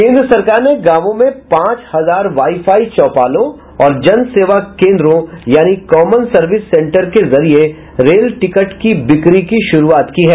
केन्द्र सरकार ने गांवों में पांच हजार वाई फाई चौपालों और जन सेवा केन्द्रों कॉमन सर्विस सेन्टर के जरिए रेल टिकटों की बिक्री की शुरूआत की है